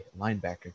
linebacker